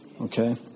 Okay